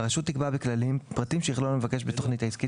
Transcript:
הרשות תקבע בכללים פרטים שיכלול המבקש בתוכנית העסקית